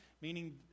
meaning